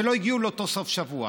ולא הגיעו לאותו סוף שבוע.